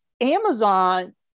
Amazon